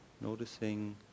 noticing